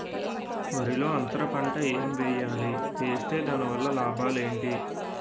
వరిలో అంతర పంట ఎం వేయాలి? వేస్తే దాని వల్ల లాభాలు ఏంటి?